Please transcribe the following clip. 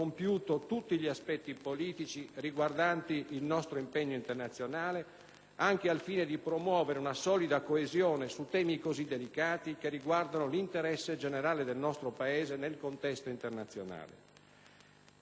anche al fine di promuovere una solida coesione su temi così delicati, che riguardano l'interesse generale del nostro Paese nel contesto internazionale. Gli argomenti di approfondimento e di confronto politico di merito, certo, non mancano: